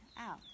out